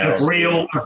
real